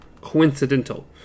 coincidental